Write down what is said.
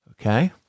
Okay